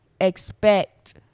expect